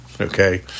Okay